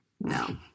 No